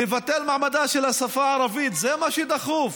לבטל את מעמדה של השפה הערבית, זה מה שדחוף?